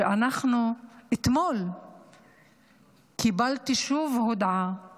אתמול קיבלתי שוב הודעה